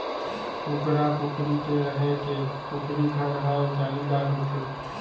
कुकरा, कुकरी के रहें के कुकरी घर हर जालीदार होथे